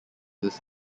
this